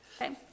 Okay